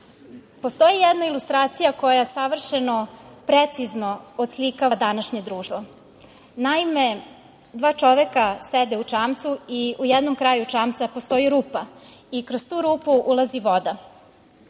Postoji jedna ilustracija koja savršeno precizno oslikava današnje društvo. Naime, dva čoveka sede u čamcu i u jednom kraju čamca postoji rupa i kroz tu rupu ulazi voda.